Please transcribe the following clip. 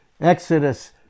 Exodus